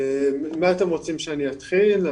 במה אתם רוצים שאני אתחיל?